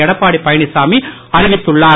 எடப்பாடி பழனிசாமி அறிவித்துள்ளார்